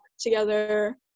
together